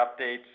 updates